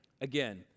Again